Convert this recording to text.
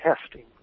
testing